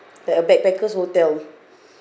the backpackers hotel